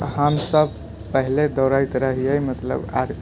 हमसभ पहले दौड़ेत रहियै मतलब आर